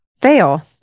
fail